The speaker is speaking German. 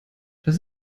das